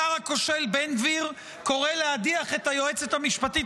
השר הכושל בן גביר קורא להדיח את היועצת המשפטית